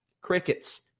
crickets